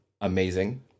amazing